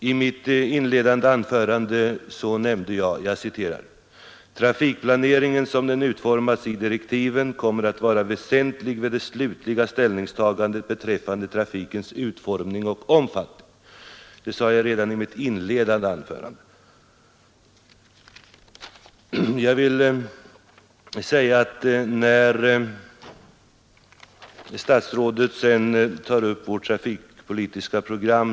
I mitt inledningsanförande sade jag: ”Trafikplaneringen som den utformas i direktiven kommer att vara väsentlig i det slutliga ställningstagandet beträffande trafikens utformning och omfattning.” Statsrådet tar sedan upp vårt trafikpolitiska program.